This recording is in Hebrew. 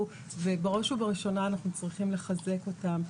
ובראש ובראשונה אנחנו צריכים לחזק אותם,